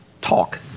talk